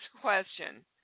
question